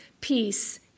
peace